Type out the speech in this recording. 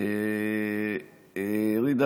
ג'ידא,